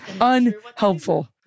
unhelpful